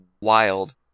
wild